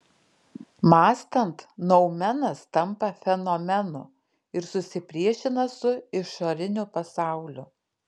mąstant noumenas tampa fenomenu ir susipriešina su išoriniu pasauliu